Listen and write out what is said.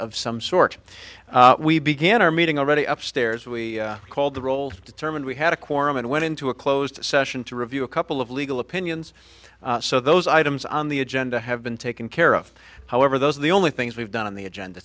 of some sort we began our meeting already upstairs we called the roll determined we had a quorum and went into a closed session to review a couple of legal opinions so those items on the agenda have been taken care of however those are the only things we've done on the agenda